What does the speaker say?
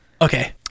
Okay